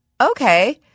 okay